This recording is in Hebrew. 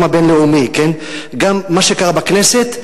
גם מה שקרה בכנסת,